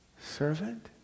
servant